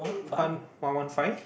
one one one five